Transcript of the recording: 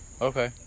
Okay